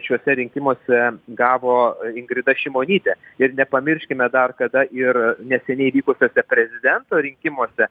šiuose rinkimuose gavo ingrida šimonytė ir nepamirškime dar kada ir neseniai vykusiuose prezidento rinkimuose